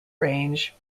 range